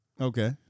Okay